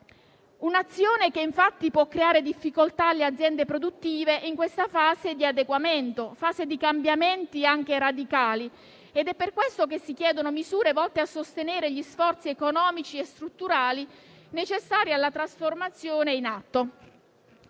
un'azione che infatti può creare difficoltà alle aziende produttive in questa fase di adeguamento e di cambiamenti anche radicali. È per questo che si chiedono misure volte a sostenere gli sforzi economici e strutturali necessari alla trasformazione in atto.